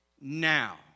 now